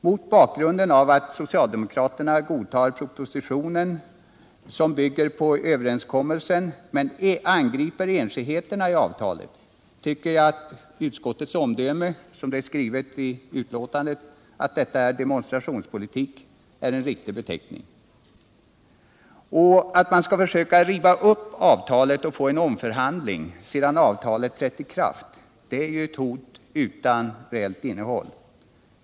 Mot bakgrunden av att socialdemokraterna godtar propositionen som bygger på överenskommelsen men angriper enskildheterna i avtalet tycker jag att utskottets omdöme i betänkandet är riktigt — detta är demonstrationspolitik. Att man skulle försöka riva upp avtalet och få en omförhandling sedan avtalet trätt i kraft är ju ett hot utan reellt innehåll.